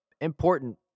important